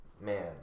man